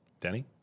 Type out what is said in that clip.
Danny